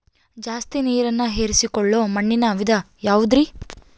ಜಾಸ್ತಿ ನೇರನ್ನ ಹೇರಿಕೊಳ್ಳೊ ಮಣ್ಣಿನ ವಿಧ ಯಾವುದುರಿ?